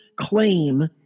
claim